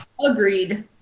Agreed